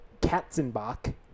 Katzenbach